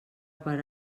per